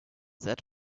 that